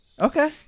okay